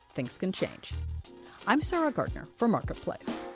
things can change i'm sarah gardner for marketplace